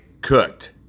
cooked